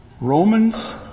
Romans